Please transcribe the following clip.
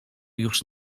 już